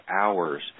hours